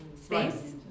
space